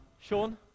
Sean